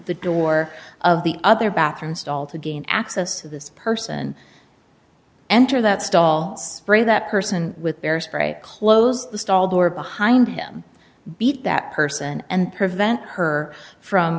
the door of the other bathroom stall to gain access to this person enter that stall spray that person with bear spray close the stall door behind him beat that person and prevent her from